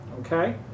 Okay